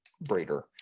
breeder